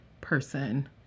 person